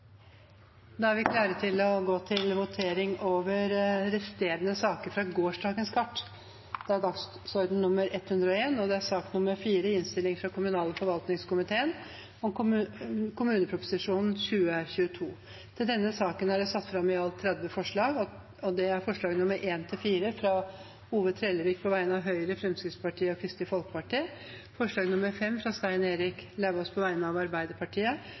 vi klare til å gå til votering, først over resterende saker på gårsdagens kart, dagsorden nr. 101. Under debatten er det satt fram i alt 30 forslag. Det er forslagene nr. 1–4, fra Ove Trellevik på vegne av Høyre, Fremskrittspartiet og Kristelig Folkeparti forslag nr. 5, fra Stein Erik Lauvås på vegne av Arbeiderpartiet forslagene nr. 6–11, fra Heidi Greni på vegne av Senterpartiet og Sosialistisk Venstreparti forslag nr. 12, fra Helge André Njåstad på vegne av Fremskrittspartiet forslagene nr. 13, 14 og 27, fra Heidi Greni på vegne av